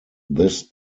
this